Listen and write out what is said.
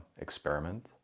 experiment